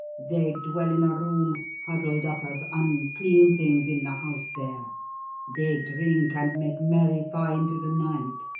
they dwell in a room huddled up as unclean things in the house there they drink and make merry far into the night,